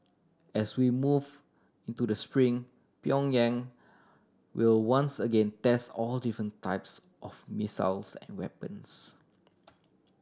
as we move into the spring Pyongyang will once again test all different types of missiles and weapons